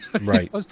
Right